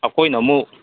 ꯑꯩꯈꯣꯏꯅ ꯑꯃꯨꯛ